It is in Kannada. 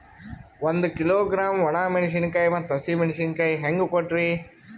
ಒಂದ ಕಿಲೋಗ್ರಾಂ, ಒಣ ಮೇಣಶೀಕಾಯಿ ಮತ್ತ ಹಸಿ ಮೇಣಶೀಕಾಯಿ ಹೆಂಗ ಕೊಟ್ರಿ?